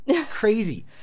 Crazy